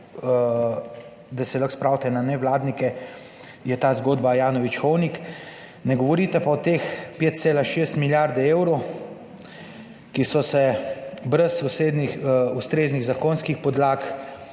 da se lahko spravite na nevladnike, je ta zgodba Ajanović Hovnik, ne govorite pa o teh 5,6 milijarde evrov, ki so se brez ustreznih zakonskih podlag